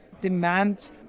demand